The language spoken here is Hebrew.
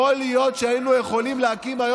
יכול להיות שהיינו יכולים להקים היום